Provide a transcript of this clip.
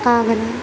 Agra